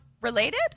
related